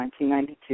1992